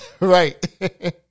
right